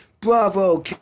bravo